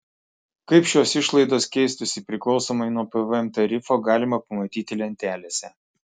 kaip šios išlaidos keistųsi priklausomai nuo pvm tarifo galima pamatyti lentelėse